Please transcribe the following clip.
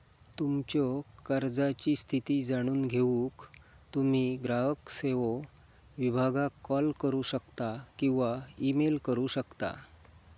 तुमच्यो कर्जाची स्थिती जाणून घेऊक तुम्ही ग्राहक सेवो विभागाक कॉल करू शकता किंवा ईमेल करू शकता